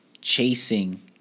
chasing